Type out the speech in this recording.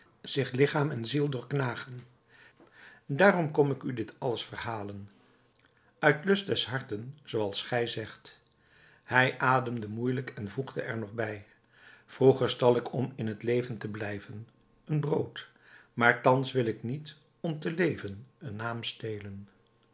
zich lichaam en ziel doorknagen daarom kom ik u dit alles verhalen uit lust des harten zooals gij zegt hij ademde moeielijk en voegde er nog bij vroeger stal ik om in t leven te blijven een brood maar thans wil ik niet om te leven een naam stelen